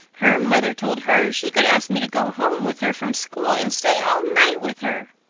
her mother told her she could ask me to go home with her from school and stay all night with her.